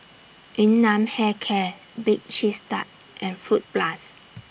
Yun Nam Hair Care Bake Cheese Tart and Fruit Plus